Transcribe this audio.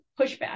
pushback